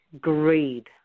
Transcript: greed